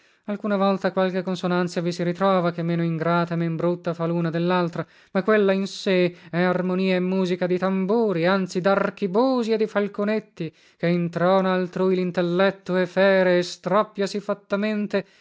alcuna volta qualche consonanzia vi si ritrova che meno ingrata e men brutta fa luna dellaltra ma quella in sé è armonia e musica di tamburi anzi darchibusi e di falconetti che introna altrui lintelletto e fere e stroppia sì